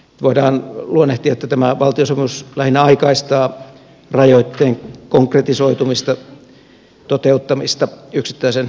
voidaan luonnehtia että tämä valtiosopimus lähinnä aikaistaa rajoitteen konkretisoitumista ja toteuttamista yksittäisen valtion budjeteissa